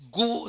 go